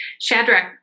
Shadrach